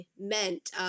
meant